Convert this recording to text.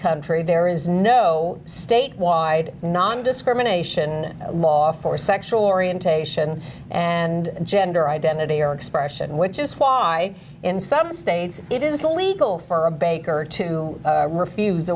country there is no state wide nondiscrimination law for sexual orientation and gender identity or expression which is why in some states it is illegal for a baker to refuse a